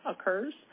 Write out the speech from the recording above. occurs